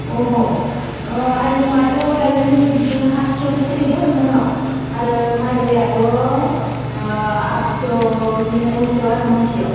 अ आयजङाथ' दायो जोंनि बेथिं सातस'है सोलिदों मनाव आरो माइब्रायाथ' आतस' बिदिनो नौस'आरो महनसेयाव